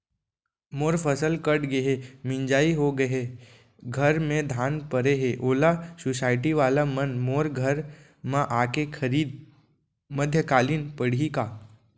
मोर फसल कट गे हे, मिंजाई हो गे हे, घर में धान परे हे, ओला सुसायटी वाला मन मोर घर म आके खरीद मध्यकालीन पड़ही का?